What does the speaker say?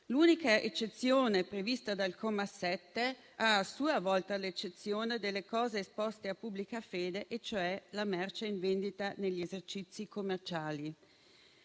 625 del codice penale, ha a sua volta l'eccezione delle cose esposte a pubblica fede e cioè la merce in vendita negli esercizi commerciali.